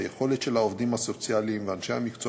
היכולת של העובדים הסוציאליים ואנשי המקצוע